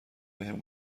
بهم